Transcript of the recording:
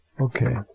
Okay